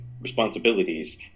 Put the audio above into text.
responsibilities